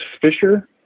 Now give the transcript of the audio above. Fisher